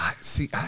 See